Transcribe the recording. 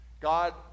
God